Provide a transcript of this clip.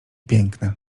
piękne